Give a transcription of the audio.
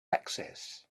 access